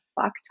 fuck